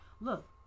look